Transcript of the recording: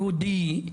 יהודי,